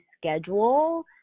schedule